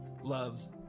love